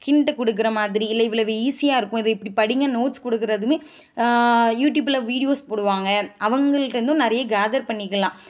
hint கொடுக்குற மாதிரி இல்லை இவ்வளவு ஈஸியாக இருக்கும் இதை இப்படி படியுங்க நோட்ஸ் கொடுக்குறதுன்னு யூடியூப்ல வீடியோஸ் போடுவாங்கள் அவங்கள்ட்டேருந்தும் நிறைய கேதர் பண்ணிக்கலாம்